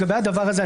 לדבי הדבר הזה,